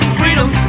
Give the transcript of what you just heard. freedom